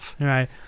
Right